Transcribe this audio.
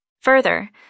Further